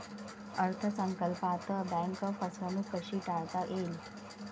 अर्थ संकल्पात बँक फसवणूक कशी टाळता येईल?